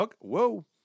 whoa